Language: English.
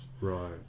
Right